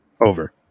Over